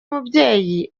umubyeyi